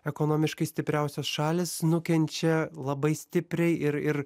ekonomiškai stipriausios šalys nukenčia labai stipriai ir ir